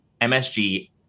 MSG